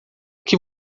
que